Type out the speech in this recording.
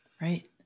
right